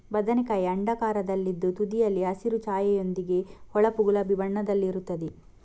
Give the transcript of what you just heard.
ಬದನೆಕಾಯಿ ಅಂಡಾಕಾರದಲ್ಲಿದ್ದು ತುದಿಯಲ್ಲಿ ಹಸಿರು ಛಾಯೆಯೊಂದಿಗೆ ಹೊಳಪು ಗುಲಾಬಿ ಬಣ್ಣದಲ್ಲಿರುತ್ತದೆ